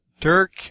Dirk